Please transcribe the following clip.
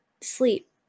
sleep